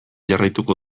jarraituko